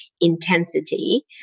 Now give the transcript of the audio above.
intensity